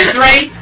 Three